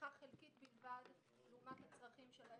תמיכה חלקית בלבד לעומת הצרכים שלהם.